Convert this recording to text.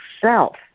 self